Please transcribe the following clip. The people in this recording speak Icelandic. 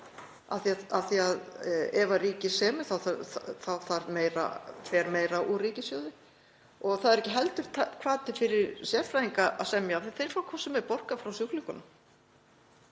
af því að ef ríkið semur þá fer meira úr ríkissjóði og það er ekki heldur hvati fyrir sérfræðinga að semja af því að þeir fá hvort sem er borgað frá sjúklingunum.